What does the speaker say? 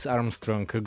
Armstrong